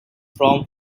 from